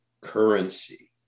currency